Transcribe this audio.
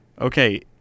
okay